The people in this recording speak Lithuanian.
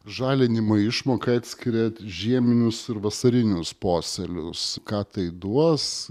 žalinimo išmoka atskiria žieminius ir vasarinius posėlius ką tai duos